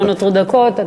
לא נותרו דקות.